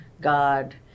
God